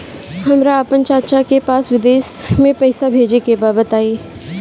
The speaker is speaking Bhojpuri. हमरा आपन चाचा के पास विदेश में पइसा भेजे के बा बताई